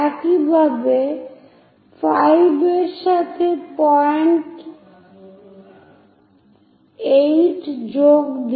একইভাবে 5 এর সাথে পয়েন্ট 8 যোগ দিন